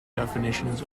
definitions